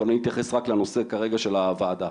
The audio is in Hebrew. אבל אני אתייחס רק לנושא כרגע של הוועדה.